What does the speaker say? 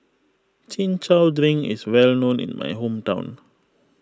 Chin Chow Drink is well known in my hometown